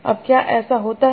अब क्या ऐसा होता है